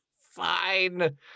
Fine